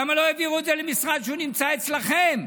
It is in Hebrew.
למה לא העבירו את זה למשרד שנמצא אצלכם?